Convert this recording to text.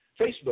Facebook